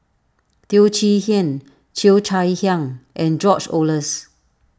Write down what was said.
Teo Chee Hean Cheo Chai Hiang and George Oehlers